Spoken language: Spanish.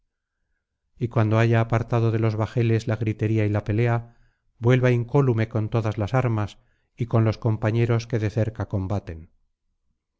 y cuando haya apartado de los bajeles la gritería y la pelea vuelva incólume con todas las armas y con los compañeros que de cerca combaten